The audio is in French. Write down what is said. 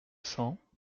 cent